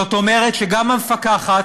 זאת אומרת שגם המפקחת,